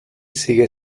sigue